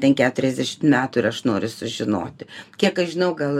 ten keturiasdešim metų ir aš noriu sužinoti kiek aš žinau gal